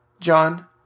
John